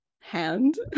hand